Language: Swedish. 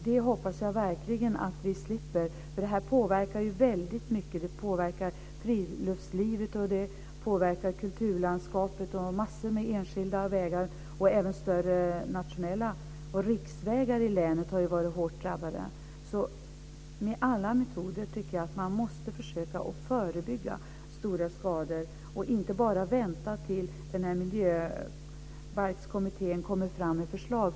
Jag hoppas verkligen att vi slipper detta. Det här påverkar mycket - friluftslivet, kulturlandskapet och massor av enskilda vägar. Även riksvägar i länet har varit hårt drabbade. Man måste försöka förebygga stora skador med alla metoder och inte bara vänta tills Miljöbalkskommittén lägger fram förslag.